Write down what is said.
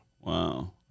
wow